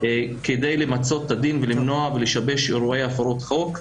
כדי למצות את הדין ולמנוע ולשבש אירועי הפרות חוק,